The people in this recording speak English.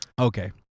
Okay